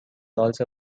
also